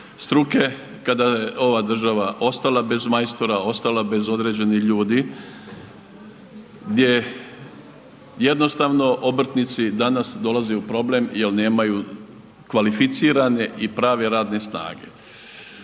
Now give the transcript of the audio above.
kada je ova država ostala bez majstora, ostala bez određenih ljudi gdje jednostavno obrtnici danas dolaze u problem jer nemaju kvalificirane i prave radne snage.